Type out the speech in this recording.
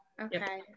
okay